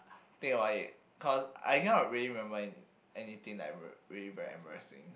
think about it cause I cannot really remember in anything like very very embarrassing